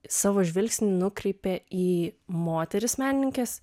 savo žvilgsnį nukreipė į moteris menininkes